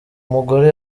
mugore